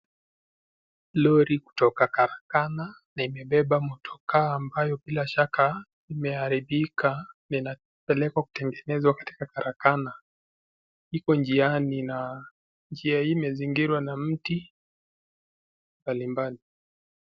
Lori kutoka karakana na imebeba motokaa ambayo bila shaka imeharibika. Linapelekwa kutengenezwa katika karakana. Liko njiani na njia hii imezingirwa na mti mbalimbali.